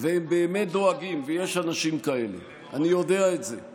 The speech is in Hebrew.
והם באמת דואגים, ויש אנשים כאלה, אני יודע את זה.